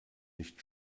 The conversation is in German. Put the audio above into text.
nicht